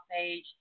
page